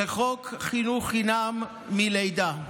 זה חוק חינוך חינם מלידה.